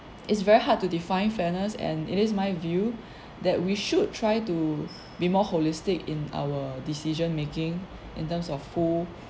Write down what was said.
it's very hard to define fairness and it is my view that we should try to be more holistic in our decision making in terms of who